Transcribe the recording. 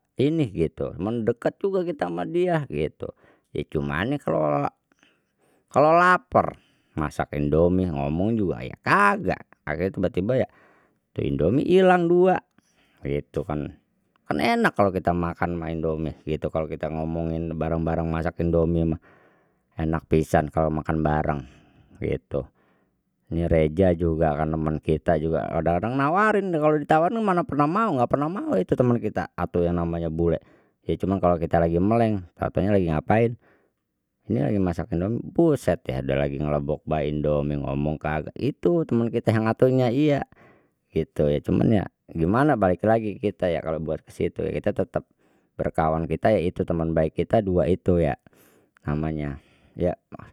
Inih gitu mendeket juga kita sama dia gitu ya cuman kalau kalau lapar masak indomie ngomong juga ya kagak akhirnya tiba tiba ya tu indomie hilang dua gitu kan kan enak kalau kita makan ma indomie gitu kalau kita ngomongin bareng bareng masak indomie mah enak pisan kalau makan bareng gitu ni reja juga kan temen kita juga kadang nawarin kalau ditawarnya mana pernah mau nggak pernah mau itu teman kita atuh yang namanya bule ya cuma kalau kita lagi meleng katanya lagi ngapain ini lagi masak indomie buset deh dia lagi ngelebok bae indomie ngomong kayak, itu teman kita yang atunye iya gitu ya cuma ya gimana balik lagi kita ya kalau buat ke situ kita tetap berkawan kita ya itu teman baik kita dua itu ya namanya ya.